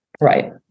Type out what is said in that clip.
Right